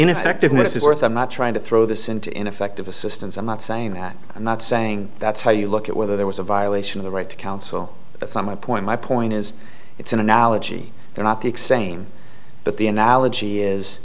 ineffectiveness is worth i'm not trying to throw this into ineffective assistance i'm not saying that i'm not saying that's how you look at whether there was a violation of the right to counsel that's not my point my point is it's an analogy they're not the exam but the analogy is